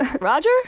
Roger